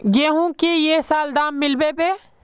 गेंहू की ये साल दाम मिलबे बे?